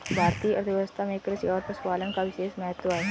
भारतीय अर्थव्यवस्था में कृषि और पशुपालन का विशेष महत्त्व है